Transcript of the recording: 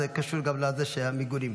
זה קשור לזה שאין מיגונים.